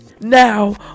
now